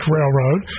Railroad